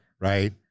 Right